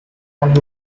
and